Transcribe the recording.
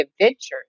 adventures